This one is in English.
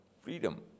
freedom